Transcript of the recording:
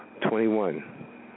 Twenty-one